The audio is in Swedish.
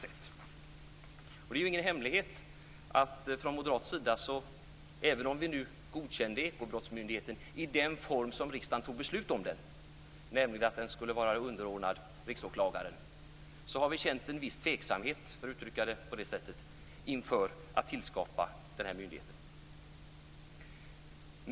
Även om vi moderater godkände Ekobrottsmyndigheten i den form som riksdagen fattade beslut om, nämligen att den skulle vara underordnad Riksåklagaren, har vi känt en viss tveksamhet inför skapandet av den här myndigheten.